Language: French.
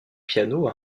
piano